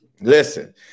Listen